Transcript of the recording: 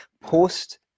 Post